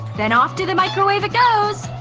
then off to the microwave it goes!